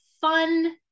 fun